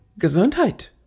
Gesundheit